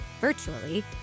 virtually